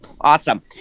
Awesome